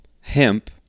hemp